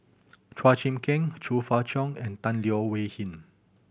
Chua Chim King Chong Fah Cheong and Tan Leo Wee Hin